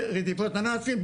רדיפות הנאצים,